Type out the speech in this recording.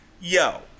yo